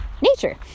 nature